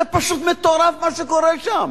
זה פשוט מטורף, מה שקורה שם.